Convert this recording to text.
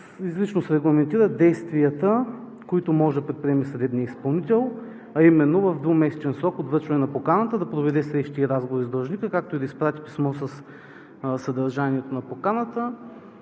Изрично се регламентират действията, които може да предприеме съдебният изпълнител, а именно в двумесечен срок от връчване на поканата да проведе срещи и разговори с длъжника, както и да изпрати писмо със съдържанието на поканата.